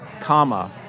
comma